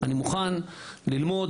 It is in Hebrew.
אני מוכן ללמוד,